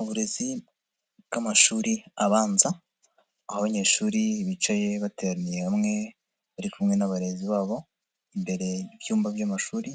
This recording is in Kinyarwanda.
Uburezi bw'amashuri abanza, aho abanyeshuri bicaye bateraniye hamwe bari kumwe n'abarezi babo, imbere y'ibyumba by'amashuri